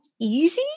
easy